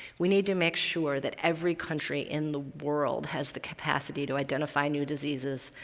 we need to make sure that every country in the world has the capacity to identify new diseases,